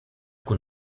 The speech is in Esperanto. kun